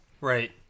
right